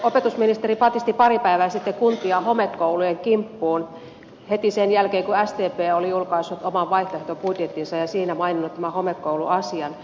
opetusministeri patisti pari päivää sitten kuntia homekoulujen kimppuun heti sen jälkeen kun sdp oli julkaissut oman vaihtoehtobudjettinsa ja siinä maininnut tämän homekouluasian